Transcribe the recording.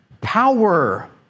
power